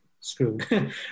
screwed